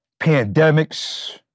pandemics